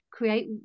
create